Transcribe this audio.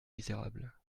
misérable